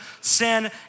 sin